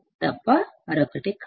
తప్ప మరొకటి కాదు